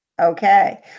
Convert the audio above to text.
Okay